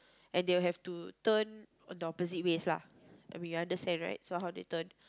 and they will have to turn the opposite ways lah we understand right so how they turn